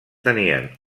tenien